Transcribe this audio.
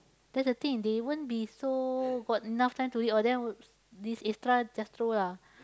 that's the thing they won't be so got enough time to read all then this extra just throw lah